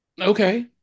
okay